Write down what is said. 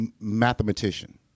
mathematician